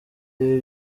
ibi